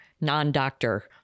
non-doctor